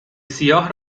سیاه